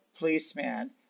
Policeman